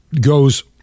goes